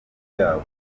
byabo